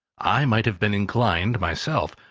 i might have been inclined, myself,